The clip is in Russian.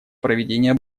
проведения